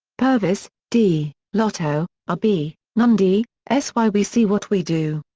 purves, d, lotto, r b, nundy, s. why we see what we do.